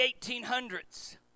1800s